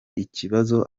ikibazo